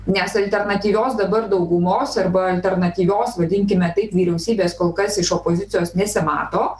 nes alternatyvios dabar daugumos arba alternatyvios vadinkime taip vyriausybės kol kas iš opozicijos nesimato